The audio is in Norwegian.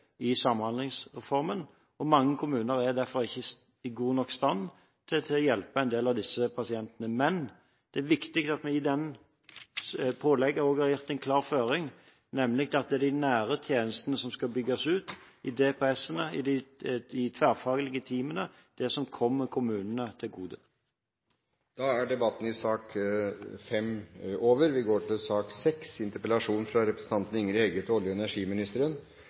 i Samhandlingsreformen, og mange kommuner er derfor ikke i god nok stand til å hjelpe en del av disse pasientene. Men det er viktig at vi i det pålegget òg har gitt en klar føring, nemlig at det er de nære tjenestene som skal bygges ut – i DPS-ene, i de tverrfaglige teamene, det som kommer kommunene til gode. Debatten i sak nr. 5 er dermed avsluttet. I Noreg har vi slått fast at olje- og gassressursane skal koma heile folket til gode, og